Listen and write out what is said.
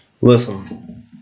Listen